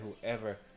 whoever